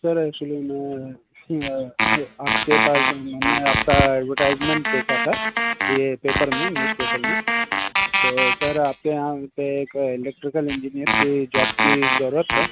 sir actually में आपके पास मैंने आपका एडवर्टाइजमेंट देखा था यह पेपर में न्यूज़पेपर में सर आपके यहाँ पर एक इलेक्ट्रिकल इंजीनियर की जॉब की ज़रूरत है